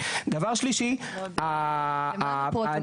דבר שלישי --- אנחנו לא אמרנו דבר כזה.